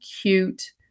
cute